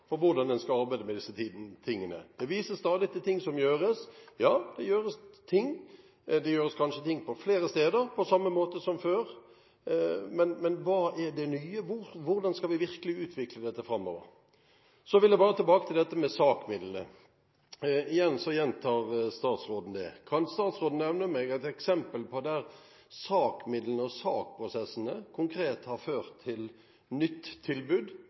for hvordan en skal arbeide med disse tingene. Det vises stadig til ting som gjøres. Ja, det gjøres ting, det gjøres kanskje ting på flere steder på samme måte som før, men hva er det nye? Hvordan skal vi virkelig utvikle dette framover? Jeg vil tilbake til dette med SAK-midlene. Igjen gjentar statsråden det. Kan statsråden gi meg et eksempel der SAK-midlene og SAK-prosessene konkret har ført til nytt tilbud